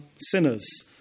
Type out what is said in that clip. sinners